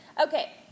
Okay